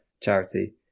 charity